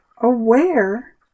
aware